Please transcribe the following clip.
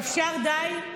אפשר די?